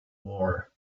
war